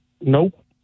Nope